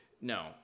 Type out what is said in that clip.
No